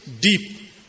deep